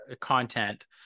content